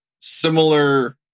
similar